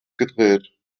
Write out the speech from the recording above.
gedreht